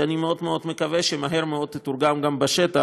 ואני מקווה מאוד שמהר מאוד היא תתורגם גם בשטח,